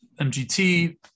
MGT